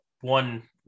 one